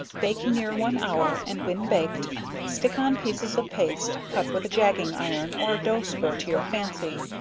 bake near one hour, and when baked stick on pieces of paste, cut with a jagging iron or a doughspur to your fancy,